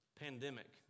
pandemic